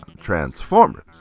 Transformers